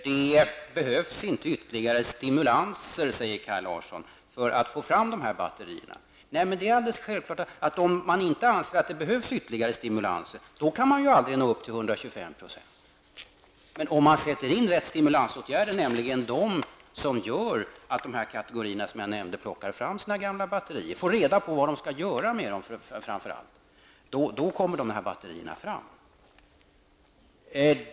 Det behövs inte ytterligare stimulanser, säger Kaj Larsson, för att få fram de här batterierna. Det är självklart att om man inte anser att det behövs ytterligare stimulanser kan man inte nå upp till 125 %. Men om man sätter in rätt stimulansåtgärder, nämligen dem som gör att de här kategorierna plockar fram sina batterier och framför allt får reda på vad de skall göra med dem, kommer de batterierna fram.